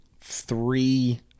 three